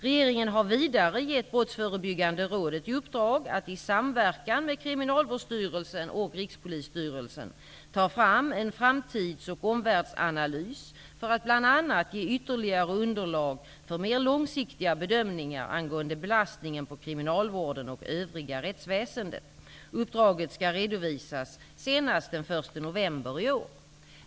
Regeringen har vidare gett Brottsförebyggande rådet i uppdrag att i samverkan med Kriminalvårdsstyrelsen och Rikspolisstyrelsen ta fram en framtids och omvärldsanalys för att bl.a. ge ytterligare underlag för mer långsiktiga bedömningar angående belastningen på kriminalvården och övriga rättsväsendet. Uppdraget skall redovisas senast den 1 november i år.